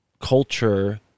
culture